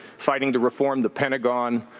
fighting to reform the pentagon,